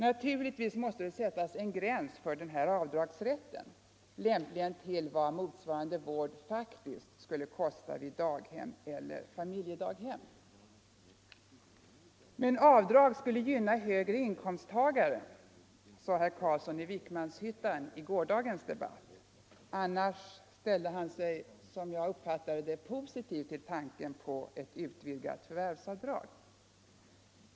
Naturligtvis måste det sättas en gräns för den avdragsrätten, lämpligen vid vad motsvarande vård faktiskt skulle kosta i daghem eller familjedaghem. Men avdragsrätt skulle gynna höginkomsttagare, sade herr Carlsson i Vikmanshyttan i gårdagens debatt. Annars ställde han sig, som jag uppfattade det, positiv till tanken på ett utvidgat förvärvsavdrag.